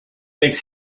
makes